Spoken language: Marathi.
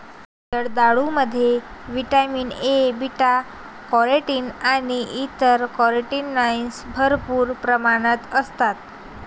जर्दाळूमध्ये व्हिटॅमिन ए, बीटा कॅरोटीन आणि इतर कॅरोटीनॉइड्स भरपूर प्रमाणात असतात